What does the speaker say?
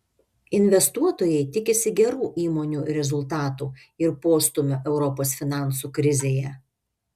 investuotojai tikisi gerų įmonių rezultatų ir postūmio europos finansų krizėje